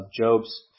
Job's